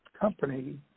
company